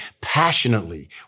passionately